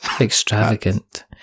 Extravagant